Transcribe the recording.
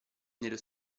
nello